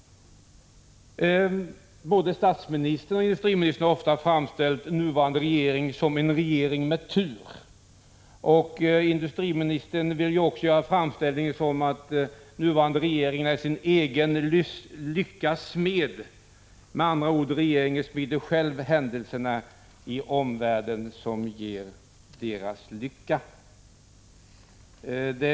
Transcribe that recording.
Både statsministern och industriministern har ofta framställt nuvarande regering som en regering med tur. Industriministern vill också framställa det som om den nuvarande regeringen är sin egen lyckas smed. Med andra ord smider regeringen själv de händelser i omvärlden som ger den lycka.